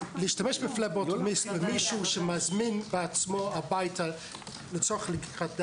בפבלוטומיסט כמישהו שמזמין בעצמו הביתה לצורך לקיחת דם,